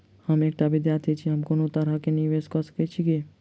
हम एकटा विधार्थी छी, हम कोनो तरह कऽ निवेश कऽ सकय छी की?